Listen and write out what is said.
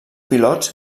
pilots